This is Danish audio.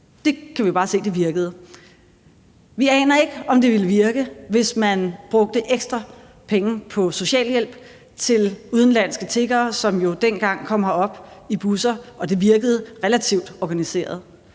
Det kan vi jo bare se: Det virkede. Vi aner ikke, om det ville virke, hvis man brugte ekstra penge på socialhjælp til udenlandske tiggere, som jo dengang kom herop i busser, og det virkede relativt organiseret.